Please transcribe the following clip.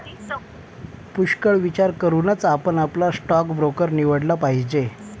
पुष्कळ विचार करूनच आपण आपला स्टॉक ब्रोकर निवडला पाहिजे